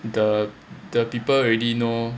the the people already know